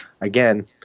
again